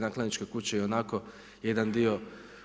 Nakladničke kuće ionako jedan dio